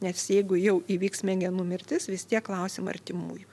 nes jeigu jau įvyks smegenų mirtis vis tiek klausim artimųjų